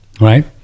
right